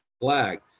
flag